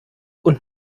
und